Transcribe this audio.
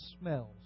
smells